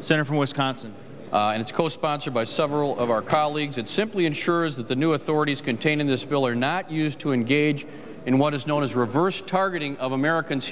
center from wisconsin and it's co sponsored by several of our colleagues it simply ensures that the new authorities contained in this bill are not used to engage in what is known as reverse targeting of americans